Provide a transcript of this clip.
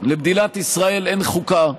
למדינת ישראל אין חוקה,